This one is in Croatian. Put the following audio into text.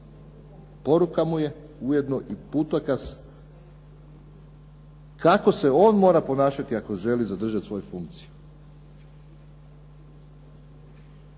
Poruka mu je ujedno i putokaz kako se on mora ponašati ako želi zadržati svoju funkciju.